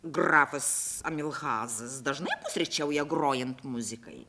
grafas amilhazas dažnai pusryčiauja grojant muzikai